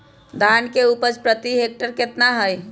धान की उपज प्रति हेक्टेयर कितना है?